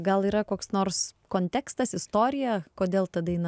gal yra koks nors kontekstas istorija kodėl ta daina